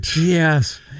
Yes